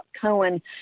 Cohen